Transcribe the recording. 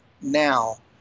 now